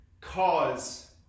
cause